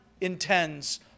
intends